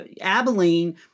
Abilene